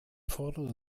fordere